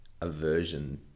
aversion